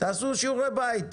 תעשו שיעורי בית.